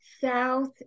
south